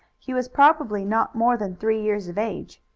he was probably not more than three years of age.